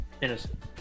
innocent